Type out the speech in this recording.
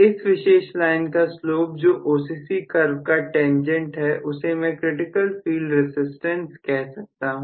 इस विशेष लाइन का स्लोप जो OCC कर्व का टेंजेंट हैउसे मैं क्रिटिकल फील्ड रसिस्टेंस कह सकता हूं